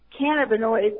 cannabinoids